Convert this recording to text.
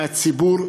מהציבור,